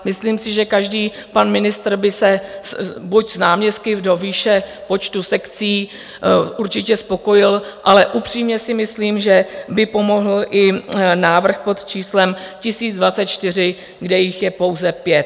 Myslím si, že každý pan ministr by se buď s náměstky do výše počtu sekcí určitě spokojil, ale upřímně si myslím, že by pomohl i návrh pod číslem 1024, kde jich je pouze pět.